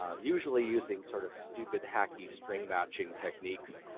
ah usually using sort of stupid hacky string matching techniques,